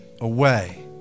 away